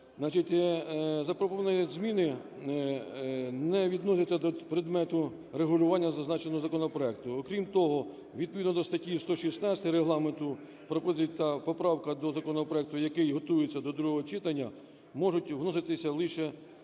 Запропоновані зміни не відносяться до предмету регулювання зазначеного законопроекту. Окрім того, відповідно до статті 116 Регламенту пропозиції та поправки до законопроекту, який готується до другого читання, можуть вноситися лише до